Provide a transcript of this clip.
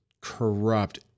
corrupt